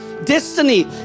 destiny